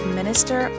minister